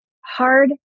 Hard